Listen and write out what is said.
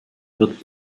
wird